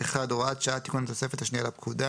הוראת שעה תיקון התוספת השנייה לפקודה